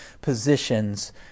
positions